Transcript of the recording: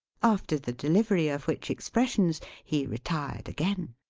after the delivery of which expressions, he retired again.